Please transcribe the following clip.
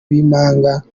b’impanga